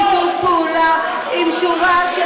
והחוק הזה נעשה בשיתוף פעולה עם שורה של